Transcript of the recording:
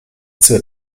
zur